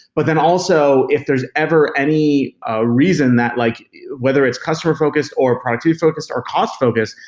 but then also, if there's ever any ah reason that like whether it's customer focused or productivity focused our cost focused,